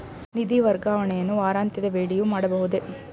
ನಿಧಿ ವರ್ಗಾವಣೆಯನ್ನು ವಾರಾಂತ್ಯದ ವೇಳೆಯೂ ಮಾಡಬಹುದೇ?